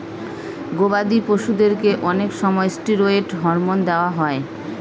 গবাদি পশুদেরকে অনেক সময় ষ্টিরয়েড হরমোন দেওয়া হয়